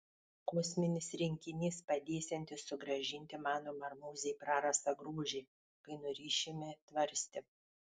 kosminis rinkinys padėsiantis sugrąžinti mano marmūzei prarastą grožį kai nurišime tvarstį